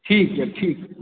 ठीक छै ठीक